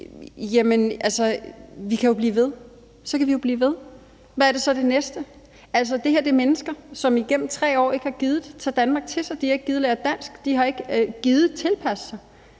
Jamen altså, så kan vi jo blive ved. Hvad er så det næste? Altså, det her er mennesker, som igennem 3 år ikke har gidet tage Danmark til sig, de har ikke har gidet lære dansk, de har ikke gidet tilpasse sig,